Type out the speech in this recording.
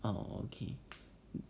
oh okay